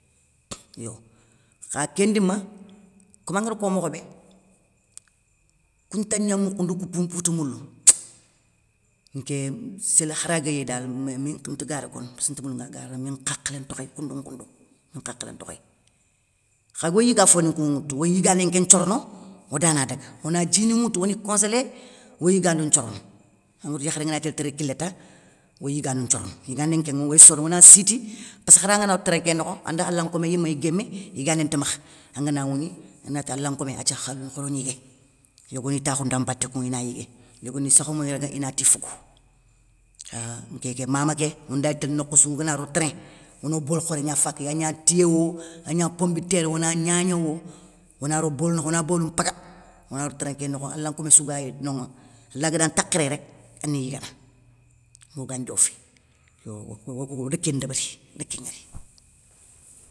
Yo, kha kén ndima khomi angara ko mokhobé, koun tandiamoukhou, ndo koun mpoutemoulou, nké sélé kharaga yéy dal mi nta garé kono, passkeu nti moule nga garana mi nhakhilé ntokhéy koundou nkoundou, mi nhakhilé ntokhéy. Khago yigafoni nkou nŋwoutou, oy yigané nké nthiorono oda na daga, ona djini nŋwoutou oni congelé, oy yigandou nthiorono, angatou yakharé ngana gni télé téré kilé ta, oy yigandou nthiorono, yigandé nkénŋa oy sorono, ona siti, passke khara ngana ro train ké nokho ande ala nkomé yiméy guémé, yigandé ti makha, angana wougni. anati ala nkomé athia khaylo khoro gnigué, yogoniy takhoundou dan mbaté kounŋa ina yigué, yogoni sakhamo ni raga ina ti fogou, kha nkéké mama ké ondagni télé nokhoussou, ogana ro train, ono bolou khoré gna faka agna tiyé wo agna pombitér wo ona gnagna, ona ro bolou nokho, ona bolou mpaga, ona ro train ké nokho, ala nkomé sougayéy nonŋa, ala gada ntakhé réy rek, ana yigana moga ndiofé. Yo okou oda kén ndébéri, nda kén nŋwori.